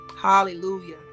Hallelujah